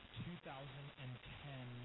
2010